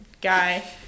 guy